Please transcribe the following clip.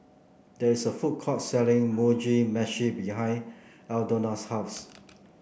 there is a food court selling Mugi Meshi behind Aldona's house